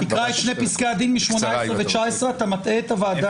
תקרא את שני פסקי הדין מ-2018 ו-2019 אתה מטעה את הוועדה.